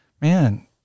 man